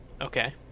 Okay